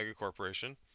megacorporation